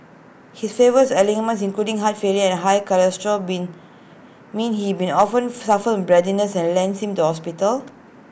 his various ailments including heart failure and high cholesterol been mean he been often suffers from breathlessness and lands him in hospital